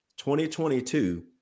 2022